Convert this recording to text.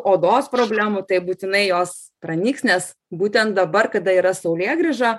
odos problemų tai būtinai jos pranyks nes būtent dabar kada yra saulėgrįža